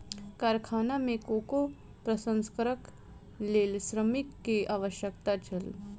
कारखाना में कोको प्रसंस्करणक लेल श्रमिक के आवश्यकता छल